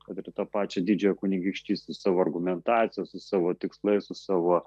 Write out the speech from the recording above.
kad ir tą pačią didžiąją kunigaikštystę savo argumentacija su savo tikslais su savo